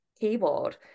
keyboard